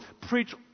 preach